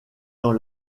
dans